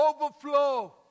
overflow